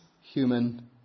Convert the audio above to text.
human